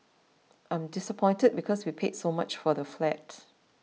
I'm disappointed because we paid so much for the flat